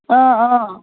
অঁ অঁ